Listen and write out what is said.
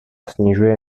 snižuje